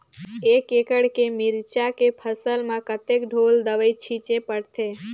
एक एकड़ के मिरचा के फसल म कतेक ढोल दवई छीचे पड़थे?